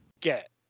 Get